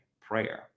prayer